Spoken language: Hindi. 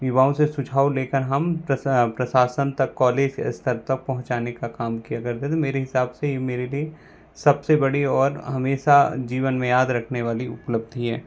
युवाओं से सुझाव लेकर हम प्रशासन तक कॉलेज स्तर तक पहुँचाने का काम किया करते थे मेरे हिसाब से ये मेरे लिए सबसे बड़ी और हमेशा जीवन में याद रखने वाली उपलब्धि है